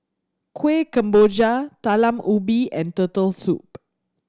Kuih Kemboja Talam Ubi and Turtle Soup